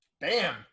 Bam